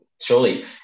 surely